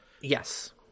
Yes